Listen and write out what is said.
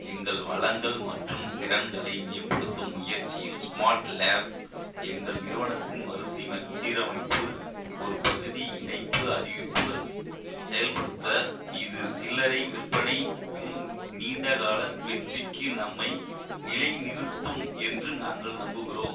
எங்கள் வளங்கள் மற்றும் திறன்களை மேம்படுத்தும் முயற்சியில் ஸ்மார்ட் லேப் எங்கள் நிறுவனத்தின் மறுசீர் சீரமைப்பு ஒரு பகுதி இணைப்பு அறிவிப்பு செயல்படுத்த இது சில்லறை விற்பனை இல் நீண்ட கால வெற்றிக்கு நம்மை நிலைநிறுத்தும் என்று நாங்கள் நம்புகிறோம்